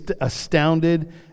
astounded